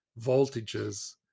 voltages